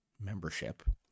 membership